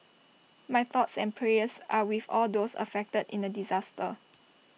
my thoughts and prayers are with all those affected in the disaster